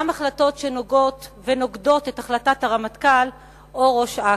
גם החלטות שנוגעות ונוגדות את החלטת הרמטכ"ל או ראש אכ"א.